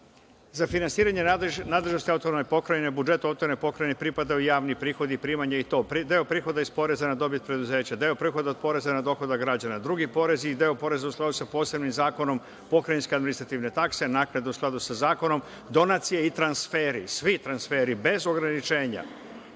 Za finansiranje nadležnosti autonomnih pokrajina, budžetu autonomne pokrajine pripadaju javni prihode i primanja i to: deo prihoda od poreza na dobit preduzeća , deo prihoda od poreza na dohodak građana, drugi porezi i deo poreza u skladu sa posebnim zakonom, pokrajinske administrativne takse, naknade u skladu sa zakonom, donacije i transferi, svi transferi bez ograničenja,